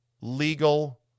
legal